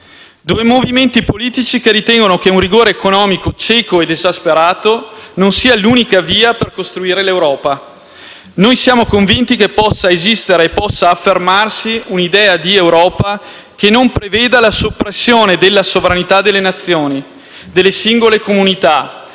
due movimenti politici che ritengono che un rigore economico cieco ed esasperato non sia l'unica via per costruire l'Europa. Noi siamo convinti che possa esistere e possa affermarsi un'idea di Europa che non preveda la soppressione della sovranità delle nazioni, delle singole comunità,